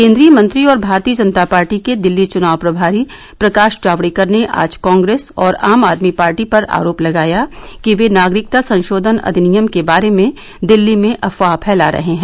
केंद्रीय मंत्री और भारतीय जनता पार्टी के दिल्ली चुनाव प्रभारी प्रकाश जावडेकर ने आज कांग्रेस और आम आदमी पार्टी पर आरोप लगाया कि वे नागरिकता संशोधन अधिनियम के बारे में दिल्ली में अफवाह फैला रहे हैं